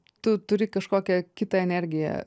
tu turi kažkokią kitą energiją